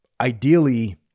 ideally